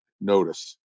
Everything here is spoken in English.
notice